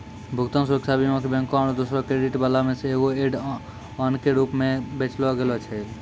भुगतान सुरक्षा बीमा के बैंको आरु दोसरो क्रेडिट दै बाला मे एगो ऐड ऑन के रूपो मे बेचलो गैलो छलै